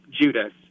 Judas